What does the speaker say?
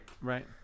Right